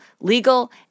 legal